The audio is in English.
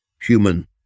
human